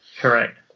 correct